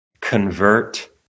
convert